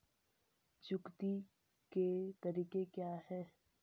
चुकौती के तरीके क्या हैं?